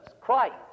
Christ